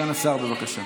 סגן השר, בבקשה.